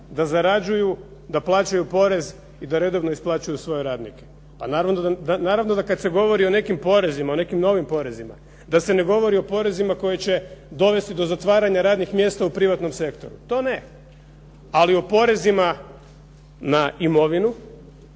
da zarađuju, da plaćaju porez i da redovno isplaćuju svoje radnike. Naravno da kad se govori o nekim porezima, o nekim novim porezima, da se ne govori o porezima koji će dovesti do zatvaranja radnih mjesta u privatnom sektoru. To ne, ali o porezima na imovinu,